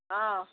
অঁ